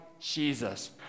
Jesus